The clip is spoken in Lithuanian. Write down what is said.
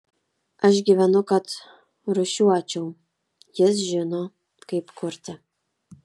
aš gyvenu kad rūšiuočiau jis žino kaip kurti